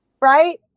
right